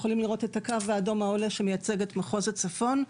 והקו האדום העולה מייצג את מחוז הצפון,